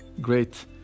great